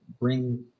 bring